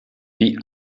wie